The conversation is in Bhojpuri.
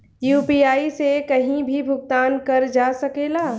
यू.पी.आई से कहीं भी भुगतान कर जा सकेला?